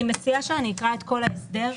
מציעה שאני אקרא את כל ההסדר.